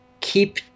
keep